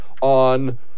on